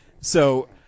So-